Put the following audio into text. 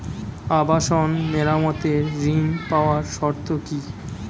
আবাসন মেরামতের ঋণ পাওয়ার শর্ত কি?